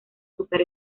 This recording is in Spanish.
super